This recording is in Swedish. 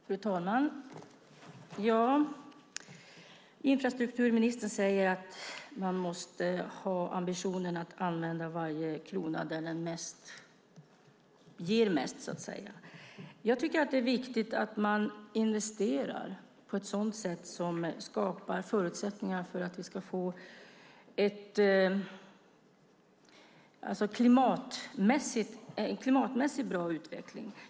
Fru talman! Infrastrukturministern säger att man måste ha ambitionen att använda varje krona där den så att säga ger mest. Jag tycker att det är viktigt att man investerar på ett sådant sätt att det skapar förutsättningar för att vi ska få en klimatmässigt bra utveckling.